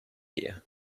you